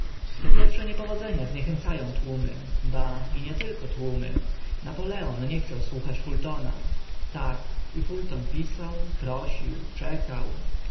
te pierwsze niepowodzenia zniechęca ą tłumy ba i nie tylko tłumy napoleon nie chciał słuchać fultona tak i fulton pisał prosił czekał